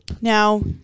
Now